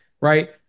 right